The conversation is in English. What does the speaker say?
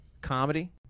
comedy